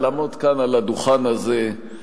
לעמוד כאן על הדוכן הזה,